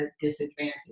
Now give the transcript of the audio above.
disadvantage